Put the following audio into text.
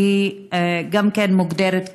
וגם היא מוגדרת כנעדרת.